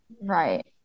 Right